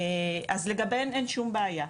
אז לגביהן אין שום בעיה.